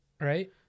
Right